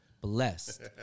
blessed